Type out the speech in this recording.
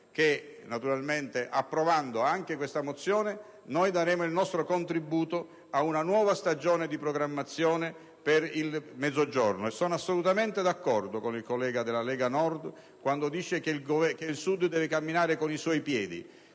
convinto che approvando anche questa mozione daremo il nostro contributo ad una nuova stagione di programmazione per il Mezzogiorno. Sono assolutamente d'accordo con il collega della Lega Nord quando dice che il Sud deve camminare con i suoi piedi.